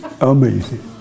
Amazing